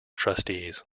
trustees